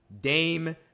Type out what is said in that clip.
Dame